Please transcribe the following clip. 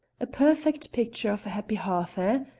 a perfect picture of a happy hearth, ah?